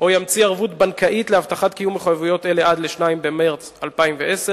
או ימציא ערבות בנקאית להבטחת קיום מחויבויות אלו עד ל-2 במרס 2010,